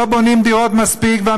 לא בונים מספיק דירות,